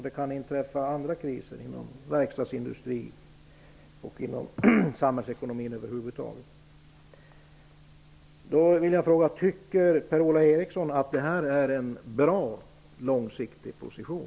Det kan uppstå andra kriser inom verkstadsindustrin och inom samhällsekonomin över huvud taget. Tycker Per Ola Eriksson att detta är en bra långsiktig position?